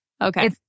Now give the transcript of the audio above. Okay